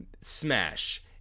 smash